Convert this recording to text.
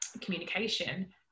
communication